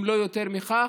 אם לא יותר מזה,